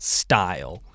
style